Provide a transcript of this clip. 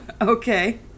Okay